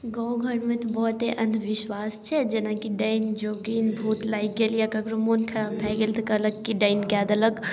गामघरमे तऽ बहुते अन्धविश्वास छै जेनाकि डाइन जोगिन भूत लागि गेलै या ककरो मोन खराब भऽ गेल तऽ कहलक कि डाइन कऽ देलक